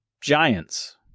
Giants